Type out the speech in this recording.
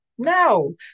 No